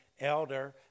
elder